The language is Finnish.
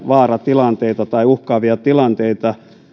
vaaratilanteita tai uhkaavia tilanteita